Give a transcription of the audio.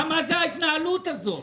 מה זאת ההתנהלות הזאת?